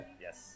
yes